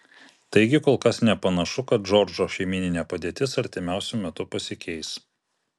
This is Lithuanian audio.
taigi kol kas nepanašu kad džordžo šeimyninė padėtis artimiausiu metu pasikeis